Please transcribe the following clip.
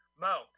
Mo